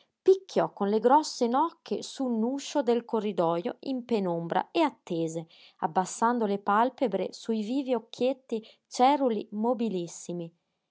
picchiò con le grosse nocche su un uscio del corridojo in penombra e attese abbassando le pàlpebre su i vivi occhietti ceruli mobilissimi